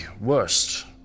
worst